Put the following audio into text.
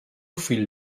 fill